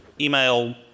email